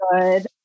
good